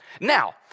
Now